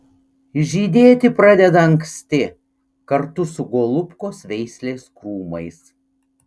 žydėti pradeda anksti kartu su golubkos veislės krūmais